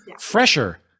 Fresher